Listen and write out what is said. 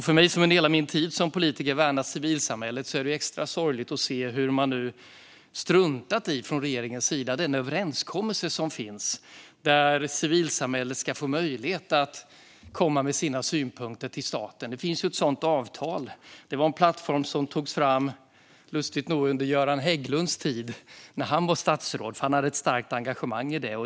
För mig som under hela min tid som politiker har värnat civilsamhället är det extra sorgligt att se hur man från regeringens sida nu struntat i den överenskommelse som finns om att civilsamhället ska få möjlighet att komma med sina synpunkter till staten. Det finns ett sådant avtal. Det var en plattform som lustigt nog togs fram när Göran Hägglund var statsråd, Han hade ett starkt engagemang i det.